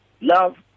love